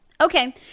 Okay